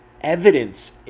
evidence